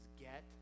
get